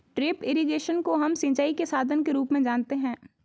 drip irrigation को हम सिंचाई के साधन के रूप में जानते है